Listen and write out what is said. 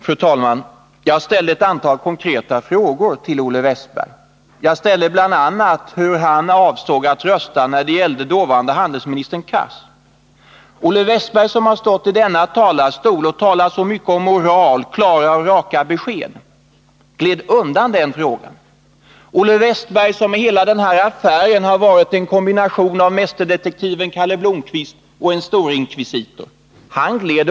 Fru talman! Jag ställde ett antal konkreta frågor till Olle Wästberg i Stockholm. Jag frågade bl.a. hur han avsåg att rösta när det gäller dåvarande handelsministern Hadar Cars. Olle Wästberg, som har stått i den här talarstolen och talat så mycket om moral och klara och raka besked, gled undan den frågan. Olle Wästberg, som i hela den här affären har varit en kombination av mästerdetektiven Kalle Blomkvist och en storinkvisitor, svarade inte.